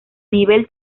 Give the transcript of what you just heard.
nivel